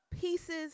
pieces